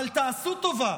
אבל תעשו טובה,